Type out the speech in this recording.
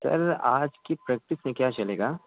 سر آج کی پریکٹس میں کیا چلے گا